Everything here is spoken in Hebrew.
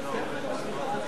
ביטוח בריאות.